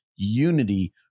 unity